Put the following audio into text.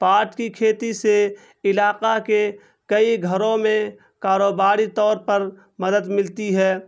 پاٹ کی کھیتی سے علاقہ کے کئی گھروں میں کاروباری طور پر مدد ملتی ہے